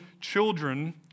children